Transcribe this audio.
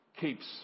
keeps